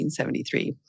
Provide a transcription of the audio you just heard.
1973